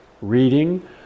Reading